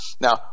now